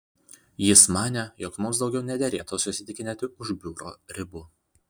jis manė jog mums daugiau nederėtų susitikinėti už biuro ribų